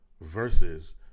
Versus